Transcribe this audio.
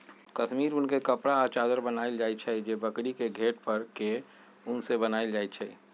कस्मिर उन के कपड़ा आ चदरा बनायल जाइ छइ जे बकरी के घेट पर के उन से बनाएल जाइ छइ